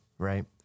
Right